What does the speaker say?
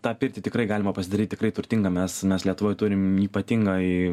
tą pirtį tikrai galima pasidaryt tikrai turtingą nes mes lietuvoje turime ypatingai